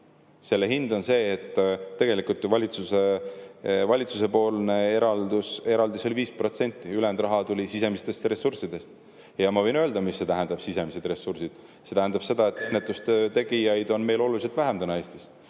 Selle hind on see, et tegelikult valitsusepoolne eraldis oli 5% [kasvu], ülejäänud raha tuli sisemistest ressurssidest. Ma võin öelda, mida see tähendab, sisemised ressursid. See tähendab seda, et ennetustöö tegijaid on Eestis täna oluliselt vähem. Sisemiste